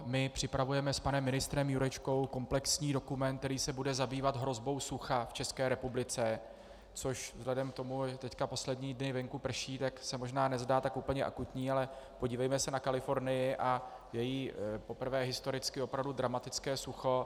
My připravujeme s panem ministrem Jurečkou komplexní dokument, který se bude zabývat hrozbou sucha v České republice, což vzhledem k tomu, že teď poslední dny venku prší, tak se možná nezdá tak úplně akutní, ale podívejme se na Kalifornii a její poprvé historicky opravdu dramatické sucho.